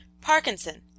parkinson